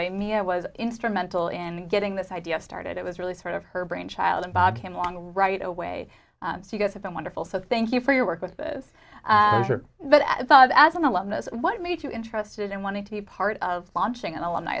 way mia was instrumental in getting this idea started it was really sort of her brainchild and bob came along right away so you guys have been wonderful so thank you for your work with us but i thought as an alumnus what made you interested and wanted to be part of launching an alumni